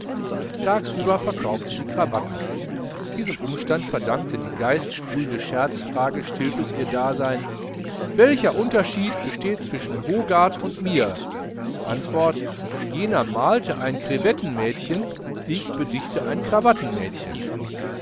tagüber verkaufte sie cravatten diesem umstand verdankte die geistsprühende scherzfrage stilpes ihr dasein welcher unterschied besteht zwischen hogarth und mir antwort jener malte ein crevettenmädchen ich bedichte ein